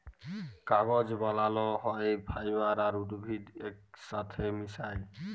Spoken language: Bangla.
কাগজ বালাল হ্যয় ফাইবার আর উদ্ভিদ ইকসাথে মিশায়